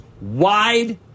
wide